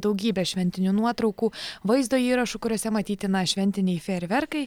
daugybė šventinių nuotraukų vaizdo įrašų kuriuose matyti na šventiniai fejerverkai